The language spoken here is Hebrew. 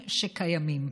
שקיימים.